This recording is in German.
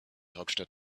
hauptstadt